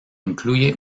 incluye